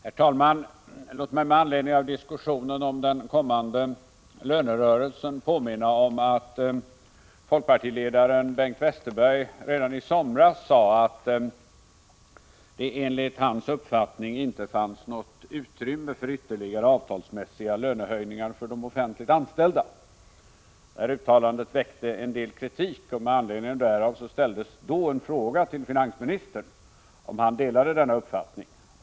Herr talman! Låt mig med anledning av diskussionen om den kommande lönerörelsen påminna om att folkpartiledaren Bengt Westerberg redan i somras sade att det enligt hans uppfattning inte fanns något utrymme för ytterligare avtalsmässiga lönehöjningar för de offentligt anställda. Detta uttalande väckte en del kritik, och med anledning därav ställdes en fråga till finansministern, om han delade denna uppfattning.